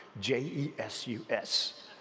J-E-S-U-S